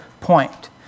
point